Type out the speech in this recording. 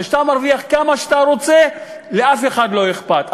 וכשאתה מרוויח כמה שאתה רוצה לאף אחד לא אכפת,